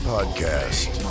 Podcast